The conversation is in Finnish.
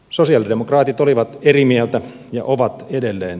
sosialidemokraatit olivat eri mieltä ja ovat edelleen